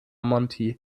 monti